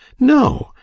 no!